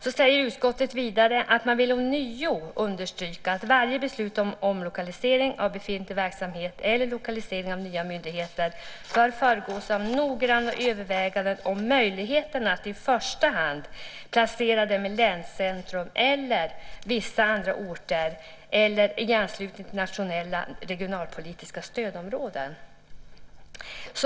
Utskottet säger vidare att man ånyo vill understryka att varje beslut om omlokalisering av befintlig verksamhet eller lokalisering av nya myndigheter bör föregås av noggranna överväganden om möjligheten att i första hand placera dem i länscentrum eller i vissa andra orter i eller i anslutning till nationella regionalpolitiska stödområden.